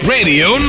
Radio